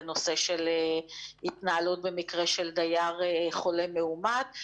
בנושא של התנהלות במקרה של דייר חולה מאומת,